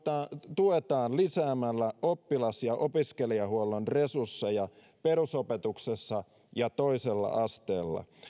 tuetaan lisäämällä oppilas ja opiskelijahuollon resursseja perusopetuksessa ja toisella asteella